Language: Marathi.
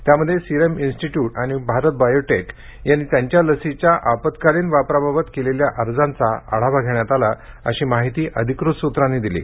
त्यामध्ये सिरम इन्स्टिट्यूट आणि भारत बायोटेक यांनी त्यांच्या लशींच्या आपत्कालीन वापराबाबत केलेल्या अर्जांचा आढावा घेण्यात आला अशी माहिती अधिकृत सूत्रांनी दिली